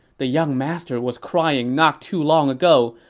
the young master was crying not too long ago,